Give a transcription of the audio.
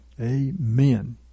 Amen